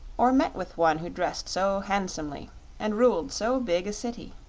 or met with one who dressed so handsomely and ruled so big a city.